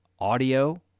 audio